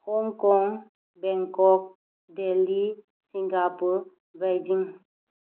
Hong Kong Bangkok Delhi Singapore Beijing